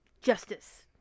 Justice